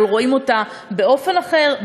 אבל רואים אותה באופן אחר,